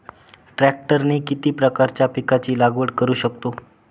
ट्रॅक्टरने किती प्रकारच्या पिकाची लागवड करु शकतो?